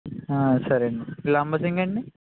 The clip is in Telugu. సరే అండి లంబసింగి అండి